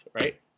right